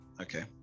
okay